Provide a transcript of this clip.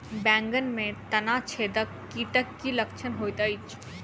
बैंगन मे तना छेदक कीटक की लक्षण होइत अछि?